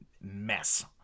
mess